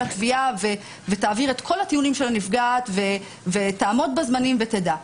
התביעה ותעביר את כל הטיעונים של הנפגעת ותעמוד בזמנים ותדע.